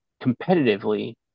competitively